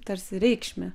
tarsi reikšmę